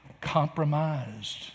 compromised